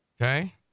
okay